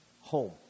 home